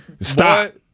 Stop